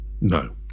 No